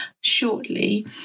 shortly